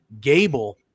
Gable